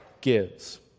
gives